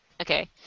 Okay